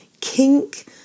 kink